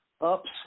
ups